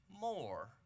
more